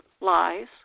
lies